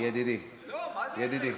ידידי, ידידי.